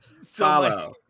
follow